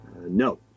No